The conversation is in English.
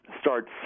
starts